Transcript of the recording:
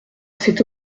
cet